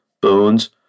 Bones